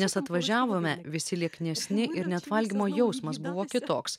nes atvažiavome visi lieknesni ir net valgymo jausmas buvo kitoks